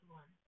one